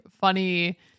funny